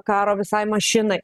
karo visai mašinai